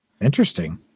Interesting